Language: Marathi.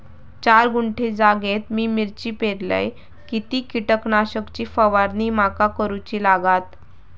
चार गुंठे जागेत मी मिरची पेरलय किती कीटक नाशक ची फवारणी माका करूची लागात?